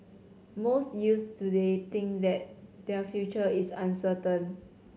most youths today think that their future is uncertain